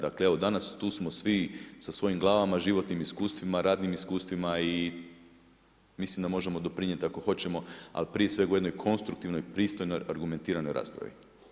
Dakle evo danas, tu smo svi sa svojim glavama, životnim iskustvima, radnim iskustvima i mislim da možemo doprinijeti ako hoćemo, ali prije svega u jednoj konstruktivnoj, pristojnoj, argumentiranoj raspravi.